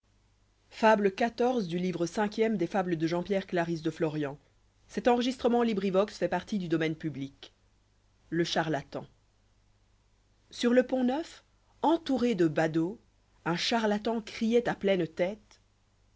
le charlatan bua le pont-neuf entouré de badauds un charlatan crioit à pleine tête